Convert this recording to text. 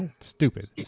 stupid